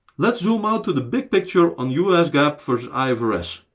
let's zoom out to the big picture on us gaap versus ifrs.